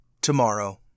tomorrow